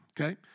okay